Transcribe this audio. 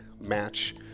match